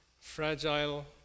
fragile